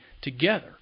together